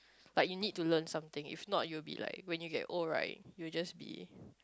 like you need to learn something if not you will be like when you get old right you will just be